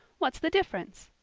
what's the difference?